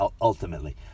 ultimately